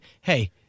hey